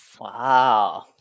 Wow